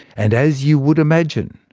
and as you would imagine,